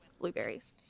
blueberries